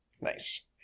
nice